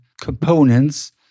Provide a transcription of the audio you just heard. components